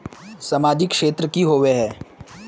सामाजिक क्षेत्र की होबे है?